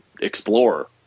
explore